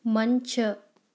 ಮಂಚ